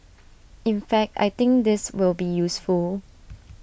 in fact I think this will be useful